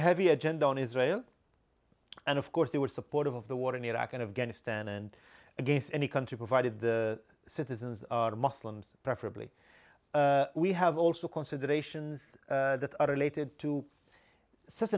heavy agenda on israel and of course they were supportive of the war in iraq and afghanistan and against any country provided the citizens are muslims preferably we have also considerations that are related to such